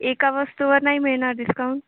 एका वस्तूवर नाही मिळणार डिस्काऊन